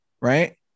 Right